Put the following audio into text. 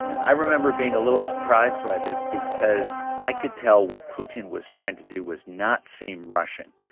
i remember being a little surprised by this because i could tell what putin was trying to do was not seem russian.